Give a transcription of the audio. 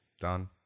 done